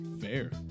Fair